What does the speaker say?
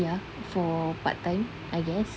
ya for part time I guess